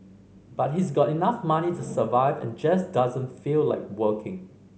but he's got enough money to survive and just doesn't feel like working